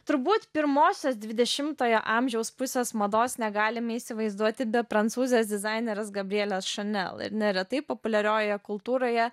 turbūt pirmosios dvidešimtojo amžiaus pusės mados negalime įsivaizduoti be prancūzės dizainerės gabrielės šanel ir neretai populiariojoje kultūroje